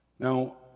Now